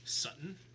Sutton